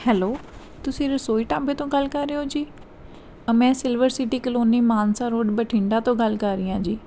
hello ਤੁਸੀਂ ਰਸੋਈ ਢਾਬੇ ਤੋਂ ਗੱਲ ਕਰ ਰਹੇ ਹੋ ਜੀ ਮੈਂ Silver City Colony Mansa Road Bathinda ਤੋਂ ਗੱਲ ਕਰ ਰਹੀ ਹਾਂ ਜੀ